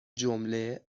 جمله